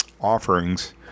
offerings